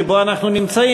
שבו אנחנו נמצאים,